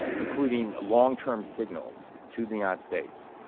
including long-term signals to the united states,